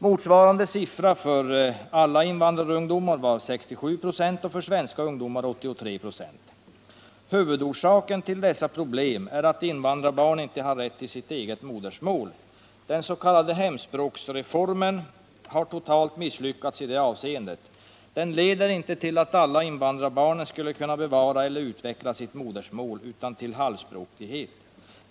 Motsvarande siffra för alla invandrarungdomar var 67 96 och för svenska ungdomar 83 26.-—-- Huvudorsaken till dessa problem är att invandrarbarn inte har rätt till sitt eget modersmål. Den s.k. hemspråksreformen har totalt misslyckats i detta avseende. Den leder inte till att invandrarbarn skulle kunna bevara eller utveckla sitt modersmål utan till halvspråkighet.